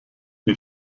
die